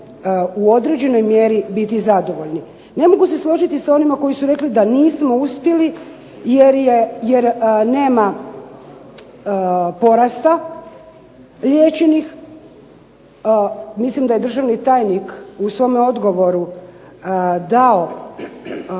u određenoj mjeri biti zadovoljni. Ne mogu se složiti sa onima koji su rekli da nismo uspjeli jer nema porasta liječenih. Mislim da je državni tajnik u svome odgovoru dobro